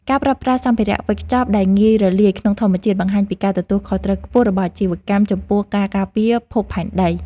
ការប្រើប្រាស់សម្ភារវេចខ្ចប់ដែលងាយរលាយក្នុងធម្មជាតិបង្ហាញពីការទទួលខុសត្រូវខ្ពស់របស់អាជីវកម្មចំពោះការការពារភពផែនដី។